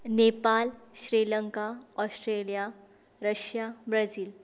Nepal Sri Lanka Australia Russia Brazil